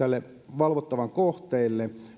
valvottaville kohteille